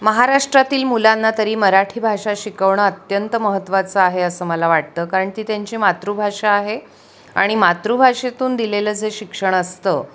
महाराष्ट्रातील मुलांना तरी मराठी भाषा शिकवणं अत्यंत महत्त्वाचं आहे असं मला वाटतं कारण ती त्यांची मातृभाषा आहे आणि मातृभाषेतून दिलेलं जे शिक्षण असतं